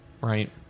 Right